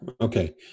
Okay